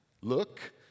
look